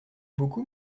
beaucoup